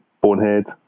bonehead